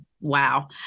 Wow